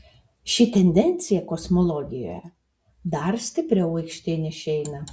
ši tendencija kosmologijoje dar stipriau aikštėn išeina